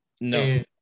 No